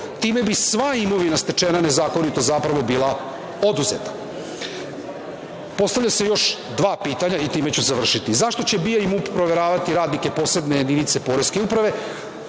Time bi sva imovina stečena nezakonito zapravo bila oduzeta. Postavljaju se još dva pitanja i time ću završiti. Zašto će BIA i MUP proveravati radnike posebne jedinice poreske uprave